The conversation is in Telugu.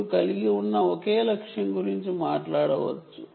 మీరు సప్రెషన్ తో వున్న ఒకే టార్గెట్ గురించి మాట్లాడవచ్చు